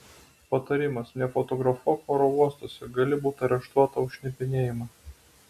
patarimas nefotografuok oro uostuose gali būti areštuota už šnipinėjimą